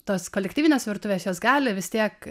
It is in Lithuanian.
tos kolektyvinės virtuvės jos gali vis tiek